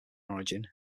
origin